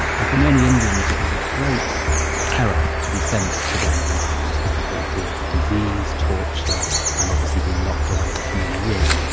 and for many indians, it was a great terror to be sent to the andaman islands because they feared disease, torture and, obviously, being locked away for many years